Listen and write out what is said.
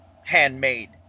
handmade